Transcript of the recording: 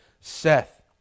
Seth